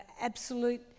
absolute